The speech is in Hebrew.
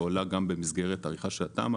ושעולה גם במסגרת העריכה של התמ"א.